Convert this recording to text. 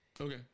Okay